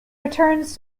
returns